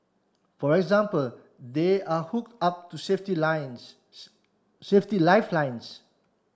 for example they are hook up to safety lines safety lifelines